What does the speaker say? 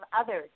others